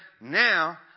now